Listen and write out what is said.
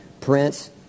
Prince